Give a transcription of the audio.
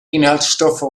inhaltsstoffe